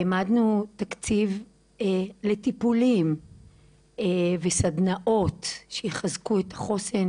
העמדנו תקציב לטיפולים וסדנאות שיחזקו את החוסן,